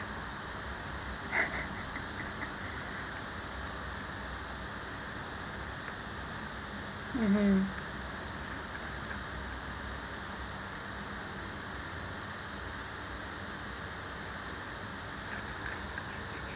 mmhmm